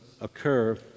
occur